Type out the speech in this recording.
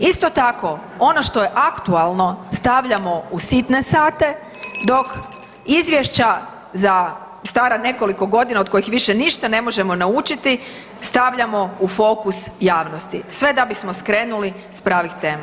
Isto tako, ono što je aktualno, stavljamo u sitne sate, dok izvješća stara nekoliko godina, od koji više ne možemo naučiti, stavljamo u fokus javnosti, sve da bismo skrenuli sa pravih tema.